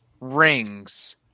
rings